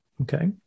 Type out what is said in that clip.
Okay